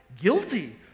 guilty